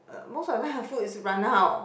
uh most of the time our food is run out